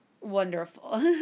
wonderful